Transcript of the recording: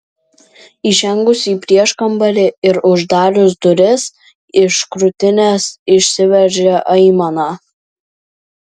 įžengus į prieškambarį ir uždarius duris iš krūtinės išsiveržė aimana